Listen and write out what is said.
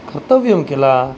कर्तव्यं किल